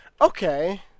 Okay